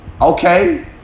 okay